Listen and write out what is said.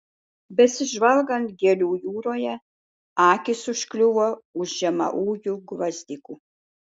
besižvalgant gėlių jūroje akys užkliūva už žemaūgių gvazdikų